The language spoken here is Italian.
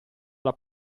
alla